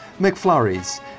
McFlurries